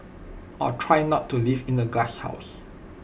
or try not to live in A glasshouse